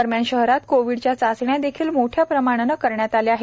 दरम्यान शहरात कोविडच्या चाचण्या देखील मोठ्या परमनंट करण्यात आल्या आहेत